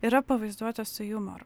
yra pavaizduotas su jumoru